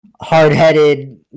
hard-headed